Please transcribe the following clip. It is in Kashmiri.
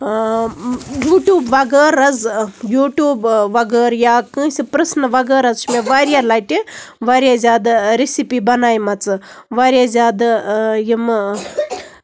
اۭں یوٗٹیوٗب بَغٲر حظ یوٗٹیوٗب وَغٲر یا کٲنسہِ پرژھنہٕ وَغٲر حظ چھُ مےٚ واریاہ لَٹہِ واریاہ زیادٕ ریسِپی بَنٲیمَژٕ واریاہ زیادٕ یِمہٕ